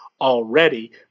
already